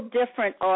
different